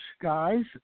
guys